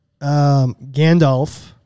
Gandalf